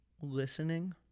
Listening